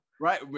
right